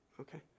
Okay